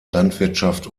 landwirtschaft